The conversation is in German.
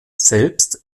selbst